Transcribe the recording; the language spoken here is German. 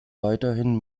weiterhin